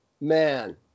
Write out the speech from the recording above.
man